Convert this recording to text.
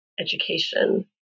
education